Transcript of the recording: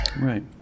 Right